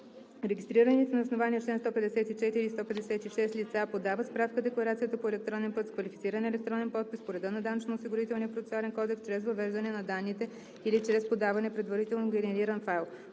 Регистрираните на основание чл. 154 и 156 лица подават справка-декларацията по електронен път с квалифициран електронен подпис по реда на Данъчно-осигурителния процесуален кодекс чрез въвеждане на данните или чрез подаване на предварително генериран файл.